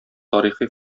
тарихи